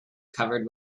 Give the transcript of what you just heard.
covered